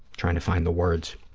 trying to find the words,